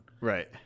Right